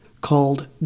called